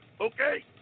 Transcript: okay